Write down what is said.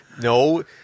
No